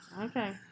Okay